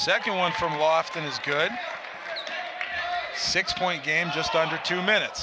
second one from boston is good six point game just under two minutes